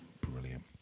brilliant